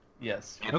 Yes